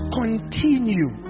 continue